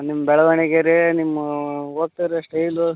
ನಿಮ್ಮ ಬೆಳವಣ್ಗೆ ರೀ ನಿಮ್ಮ ಹೋಗ್ತಾ ಇರೋ ಸ್ಟೈಲು